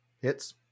Hits